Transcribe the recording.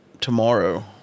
tomorrow